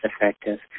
effective